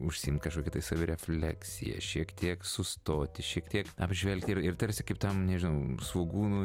užsiimt kažkokia tai savirefleksija šiek tiek sustoti šiek tiek apžvelgti ir ir tarsi kaip tam nežinau svogūnų